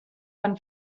fan